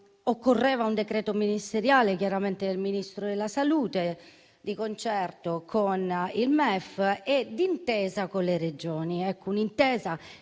occorreva un decreto ministeriale, chiaramente del Ministro della salute, di concerto con il MEF e d'intesa con le Regioni;